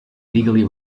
legally